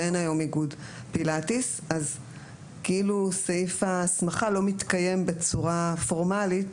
ואין היום איגוד פילאטיס סעיף ההסמכה לא מתקיים בצורה פורמלית.